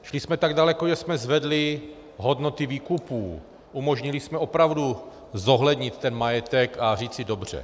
Šli jsme tak daleko, že jsme zvedli hodnoty výkupů, umožnili jsme opravdu zohlednit ten majetek a říci dobře.